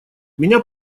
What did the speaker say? меня